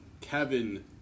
Kevin